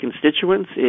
constituents